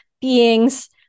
beings